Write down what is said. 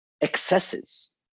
excesses